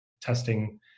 testing